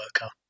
worker